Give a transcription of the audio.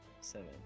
seven